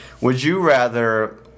Would-you-rather